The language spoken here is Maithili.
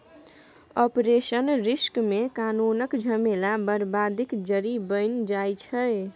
आपरेशनल रिस्क मे कानुनक झमेला बरबादीक जरि बनि जाइ छै